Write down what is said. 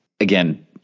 again